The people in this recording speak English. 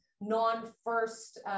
non-first